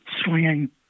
swinging